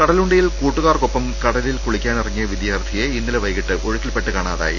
കടലുണ്ടിയിൽ കൂട്ടുകാരോടൊപ്പം കടലിൽ കുളിക്കാനിറങ്ങിയ വിദ്യാർഥിയെ ഇന്നലെ വൈകീട്ട് ഒഴുക്കിൽപ്പെട്ട് കാണാതായി